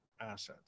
assets